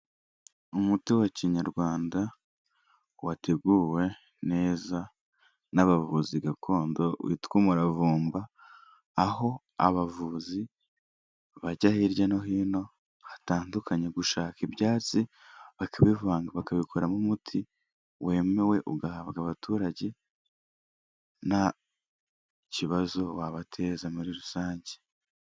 Umuti wa kinyarwanda,, wateguwe neza n'abavuzi gakondo witwa umuravumba. Aho abavuzi bajya hirya no hino hatandukanye gushaka ibyatsi bakabivanga bakabikoramo umuti wemewe ugahabwa abaturage nta kibazo wabateza muri rusange.